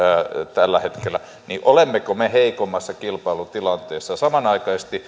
tällä hetkellä olemmeko me heikommassa kilpailutilanteessa samanaikaisesti